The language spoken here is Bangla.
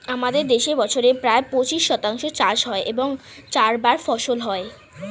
আমাদের দেশে বছরে প্রায় পঁচিশ শতাংশ চাষ হয় এবং চারবার ফসল হয়